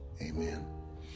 Amen